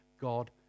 God